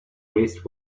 raised